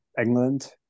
England